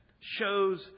shows